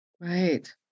Right